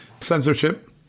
censorship